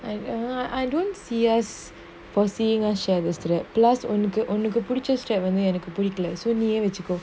I err I don't see us for seeing ah share the strap plus ஒன்னுக்கு ஒன்னுக்கு புடிச்ச:onnuku onnuku pudicha strap வந்து எனக்கு புடிக்கல:vanthu enaku pudikala so நீயே வச்சிக்கோ:neeye vachiko